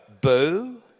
Boo